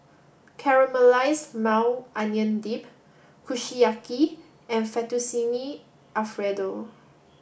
Caramelized Maui Onion Dip Kushiyaki and Fettuccine Alfredo